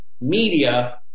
Media